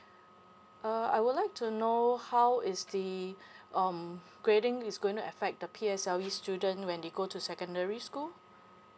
uh I would like to know how is the um grading is gonna affect the P_S_L_E student when they go to secondary school